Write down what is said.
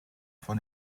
for